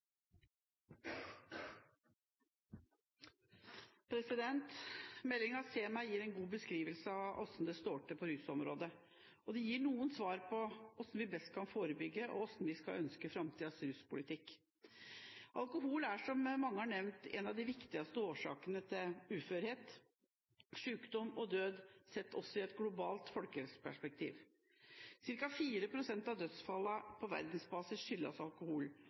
beskrivelse av hvordan det står til på rusområdet, og den gir noen svar på hvordan vi best kan forebygge, og hvordan vi ønsker at framtidens ruspolitikk skal være. Alkohol er – som mange har nevnt – en av de viktigste årsakene til uførhet, sykdom og død sett i et globalt folkehelseperspektiv. Cirka 4 pst. av dødsfallene på verdensbasis skyldes alkohol,